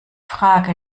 frage